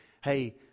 hey